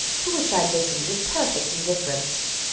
to which i listened with perfect indifference,